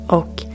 och